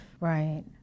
Right